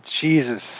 Jesus